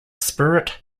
spirit